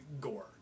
gore